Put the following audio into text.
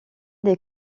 des